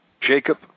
Jacob